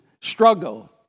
struggle